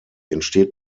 entsteht